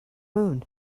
moon